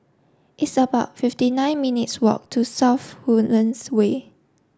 it's about fifty nine minutes' walk to South Woodlands Way